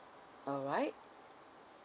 alright